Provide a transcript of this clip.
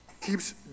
keeps